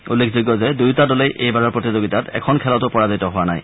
উল্লেখযোগ্য যে দুয়োটা দলেই এইবাৰৰ প্ৰতিযোগিতাত এখন খেলতো পৰাজিত হোৱা নাই